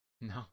No